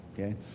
okay